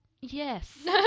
Yes